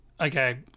Okay